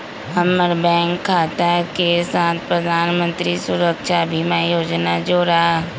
हम्मर बैंक खाता के साथ प्रधानमंत्री सुरक्षा बीमा योजना जोड़ा